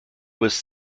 was